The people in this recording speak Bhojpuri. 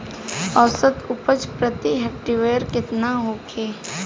औसत उपज प्रति हेक्टेयर केतना होखे?